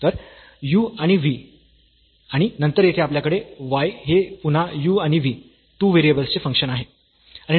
तर u आणि v आणि नंतर येथे आपल्याकडे y हे पुन्हा u आणि v 2 व्हेरिएबल्सचे फंक्शन आहे